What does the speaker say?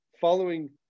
following